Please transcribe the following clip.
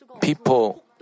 people